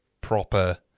proper